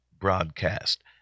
broadcast